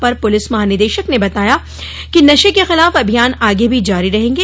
अपर police महानिदेशक ने बताया कि नशे के खिलाफ अभियान आगे भी जारी रहेंगे